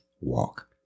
walk